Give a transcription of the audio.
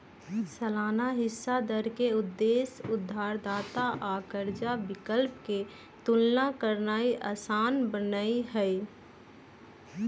सालाना हिस्सा दर के उद्देश्य उधारदाता आ कर्जा विकल्प के तुलना करनाइ असान बनेनाइ हइ